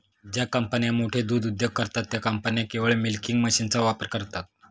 ज्या कंपन्या मोठे दूध उद्योग करतात, त्या कंपन्या केवळ मिल्किंग मशीनचा वापर करतात